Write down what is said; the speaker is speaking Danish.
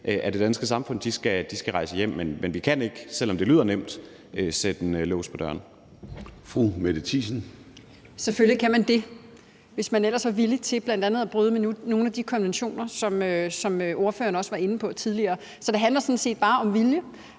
af det danske samfund, og de skal rejse hjem. Men vi kan ikke, selv om det lyder nemt, sætte en lås på døren. Kl. 11:23 Formanden (Søren Gade): Fru Mette Thiesen. Kl. 11:23 Mette Thiesen (DF): Selvfølgelig kan man det, hvis man ellers var villig til bl.a. at bryde med nogle af de konventioner, som ordføreren også var inde på tidligere. Så det handler sådan set bare om vilje,